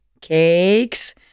cakes